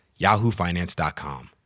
yahoofinance.com